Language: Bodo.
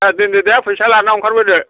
दे दोनदो दे फैसा लाना ओंखारबोदो